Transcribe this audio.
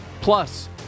Plus